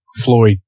Floyd